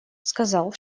сказал